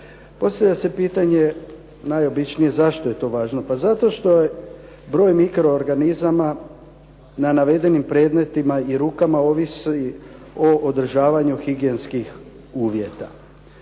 Postavlja se pitanje najobičnije, zašto je to važno. Pa zato što je broj mikroorganizama na navedenim predmetima i rukama ovisi o održavanju higijenskih uvjeta.